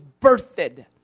birthed